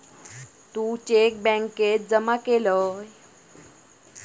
तू cheque बॅन्केत जमा केलं?